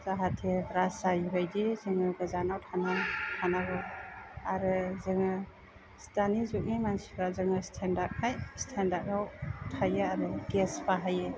जाहाथे ब्रास जायै बायदि जोङो गोजानाव थानां थानांगौ आरो जोङो दानि जुगनि मानसिफ्रा जोङो स्टेनडार्दखाय स्टेनडार्दआव थायो आरो गेस बाहायो